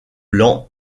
lents